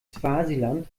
swasiland